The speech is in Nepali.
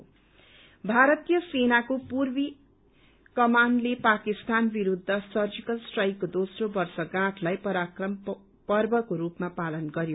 पराक्रम पर्व भारतीय सेनाको पूर्वी कमानले पाकिस्तान विरूद्ध सर्जीकल स्ट्राइकको दोम्रो वर्ष गाँठलाई पराक्रम पर्वको रूपमा पालन गरयो